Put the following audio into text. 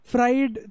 Fried